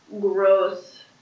gross